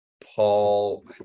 Paul